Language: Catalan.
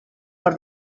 per